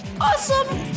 Awesome